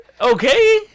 Okay